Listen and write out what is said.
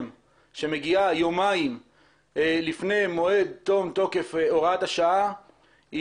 שמגיעה יומיים לפני מועד תום תוקף הוראת השעה,